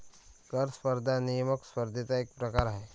कर स्पर्धा हा नियामक स्पर्धेचा एक प्रकार आहे